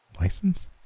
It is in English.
license